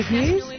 news